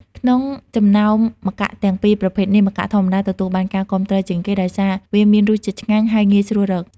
ក្នុងចំណោមម្កាក់ទាំងពីរប្រភេទនេះ ម្កាក់ធម្មតា ទទួលបានការគាំទ្រជាងគេ ដោយសារវាមានរសជាតិឆ្ងាញ់ ហើយងាយស្រួលរក។